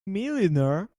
millionaire